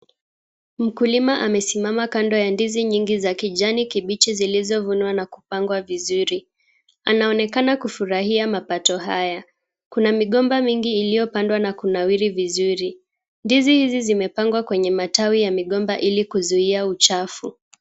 Mkulima amesimama kando ya ndizi mingi za kijani kibichi zilizovunwa na kupangwa vizuri. Anaonekana kufurahia mapato haya. Kuna migomba mingi iliyopandwa na kunawiri vizuri. Ndizi hizi zimepangwa kwenye matawi ya migomba ili kuzuia uchafu.